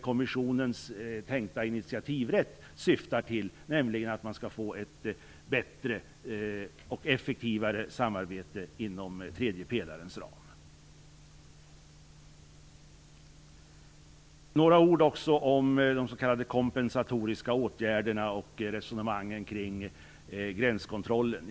Kommissionens tänkta initiativrätt syftar ju nämligen till ett bättre och effektivare samarbete inom tredje pelarens ram. Jag vill säga några ord också om de s.k. kompensatoriska åtgärderna och resonemangen kring gränskontrollen.